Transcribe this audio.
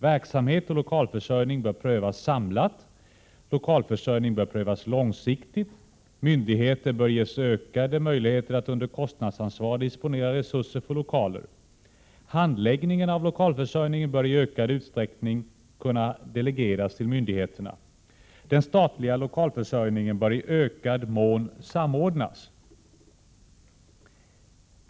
Verksamhet och lokalförsörjning bör prövas samlat. Lokalförsörjning bör prövas långsiktigt. Myndigheter bör ges ökade möjligheter att under kostnadsansvar disponera resurser för lokaler. Handläggningen av lokalförsörjningen bör i ökad utsträckning kunna delegeras till myndigheterna. Den statliga lokalförsörjningen bör i ökad mån samordnas.